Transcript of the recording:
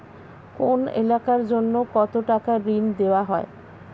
কোন এলাকার জন্য কত টাকা ঋণ দেয়া হয়?